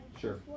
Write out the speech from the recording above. Sure